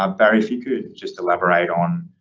um barry if you could just elaborate on,